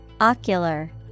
Ocular